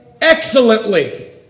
excellently